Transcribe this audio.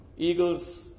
Eagles